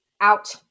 out